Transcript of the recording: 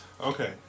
Okay